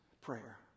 prayer